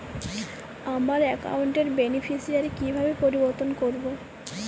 আমার অ্যাকাউন্ট র বেনিফিসিয়ারি কিভাবে পরিবর্তন করবো?